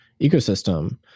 ecosystem